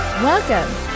Welcome